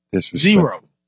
Zero